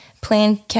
Plan